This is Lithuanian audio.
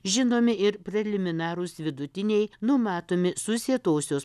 žinomi ir preliminarūs vidutiniai numatomi susietosios